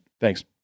Thanks